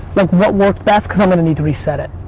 like what worked best? because i'm gonna need to reset it.